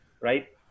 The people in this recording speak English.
right